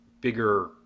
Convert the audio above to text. bigger